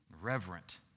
reverent